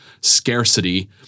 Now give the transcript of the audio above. scarcity